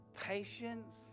patience